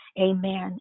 amen